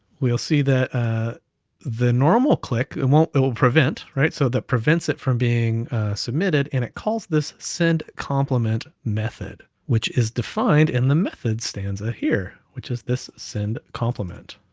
we will see that the normal click, it and won't, it will prevent, right? so that prevents it from being submitted, and it calls this send compliment method, which is defined in the method stanza here, which is this send compliment.